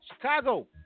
Chicago